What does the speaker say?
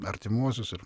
artimuosius ir